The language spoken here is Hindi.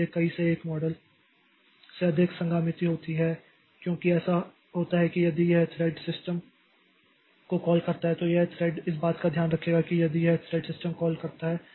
इसलिए कई से 1 मॉडल से अधिक संगामिति होती है क्योंकि ऐसा होता है कि यदि यह थ्रेड सिस्टम को कॉल करता है तो यह थ्रेड इस बात का ध्यान रखेगा या यदि यह थ्रेड सिस्टम कॉल करता है